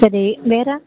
சரி வேறு